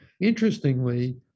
Interestingly